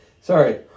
Sorry